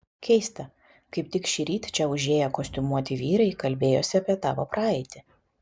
keista kaip tik šįryt čia užėję kostiumuoti vyrai kalbėjosi apie tavo praeitį